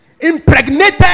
Impregnated